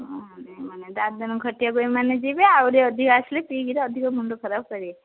ହଁ ମାନେ ଦାଦନ ଖଟିଆକୁ ଏମାନେ ଯିବେ ଆହୁରି ଅଧିକ ଆସିଲେ ପିଇିକିରି ଅଧିକ ମୁଣ୍ଡ ଖରାପ କରିବେ